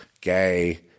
gay